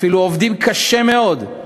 אפילו עובדים קשה מאוד,